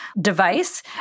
device